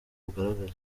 bugaragara